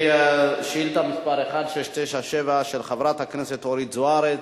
שאילתא מס' 1697, של חברת הכנסת אורית זוארץ,